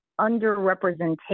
underrepresentation